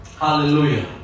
Hallelujah